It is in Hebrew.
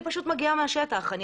אני מגיעה מהשטח,